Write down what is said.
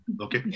Okay